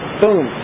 boom